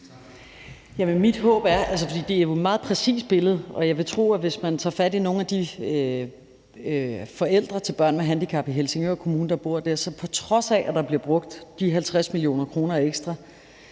jeg vil tro, at hvis man tager fat i nogle af de forældre til børn med handicap, der bor i Helsingør Kommune, så vil de, på trods af at der bliver brugt 50 mio. kr. ekstra,